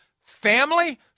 family